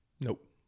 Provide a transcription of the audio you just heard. Nope